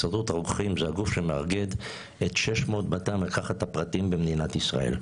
הסתדרות הרוקחים זה הגוף שמאגד את 600 בתי המרקחת הפרטיים במדינת ישראל.